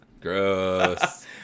Gross